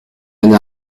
n’a